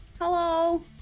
hello